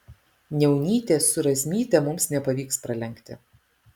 niaunytės su razmyte mums nepavyks pralenkti